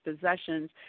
possessions